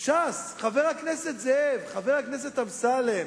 ש"ס, חבר הכנסת זאב, חבר הכנסת אמסלם,